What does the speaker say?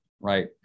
right